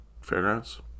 fairgrounds